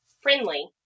friendly